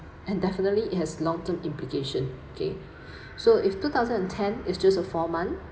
and definitely it has long term implication okay so if two thousand and ten it's just a four month